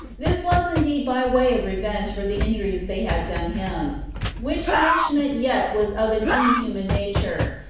this was indeed by way of revenge for the injuries they had done him which punishment yet was of an inhuman nature,